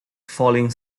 falling